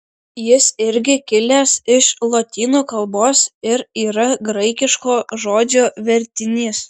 jis irgi kilęs iš lotynų kalbos ir yra graikiško žodžio vertinys